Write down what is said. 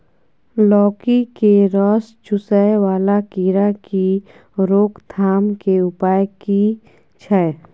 लौकी के रस चुसय वाला कीरा की रोकथाम के उपाय की छै?